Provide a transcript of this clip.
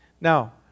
Now